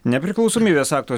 nepriklausomybės akto